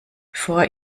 bevor